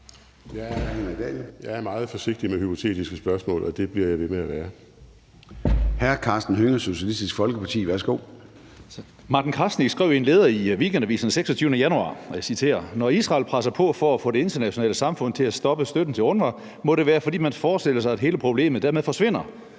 meget forsigtig med hypotetiske spørgsmål, og det bliver jeg ved med at være. Kl. 13:35 Formanden (Søren Gade): Hr. Karsten Hønge, Socialistisk Folkeparti. Værsgo. Kl. 13:35 Karsten Hønge (SF): Martin Krasnik skrev i en leder i Weekendavisen den 26. januar , og jeg citerer: »Og når Israel presser på for at få det internationale samfund til at stoppe støtten til UNRWA, må det være, fordi man forestiller sig, at hele problemet dermed forsvinder.